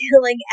killing